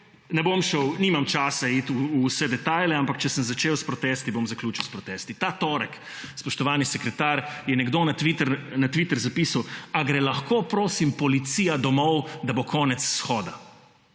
ne bom šel, nimam časa iti v vse detajle, ampak če sem začel s protesti, bom zaključil s protesti. Ta torek, spoštovani sekretar, je nekdo na Twitter zapisal »a gre lahko, prosim, policija domov, da bo konec shoda?«,